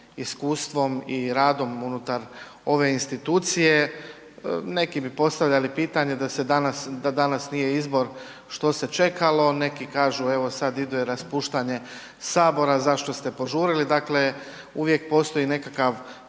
iskustvom i radom unutar ove institucije, neki bi postavljali pitanje da se danas, da danas nije izbor, što se čekalo, neki kažu evo, sad ide raspuštanje Sabora, zašto ste požurili, dakle uvijek postoji nekakav